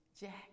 Jack